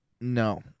No